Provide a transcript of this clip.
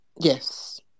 Yes